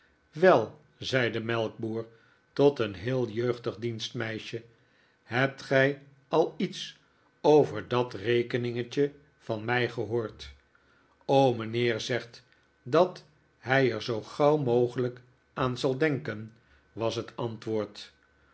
wel zei de melkboer tot een heel jeugdig dienstmeisje hebt gij al iets over dat rekeningetje van mij gehoord r o mijnheer zegt dat hij er zoo gauw mogelijk aan zal denken was het antwoord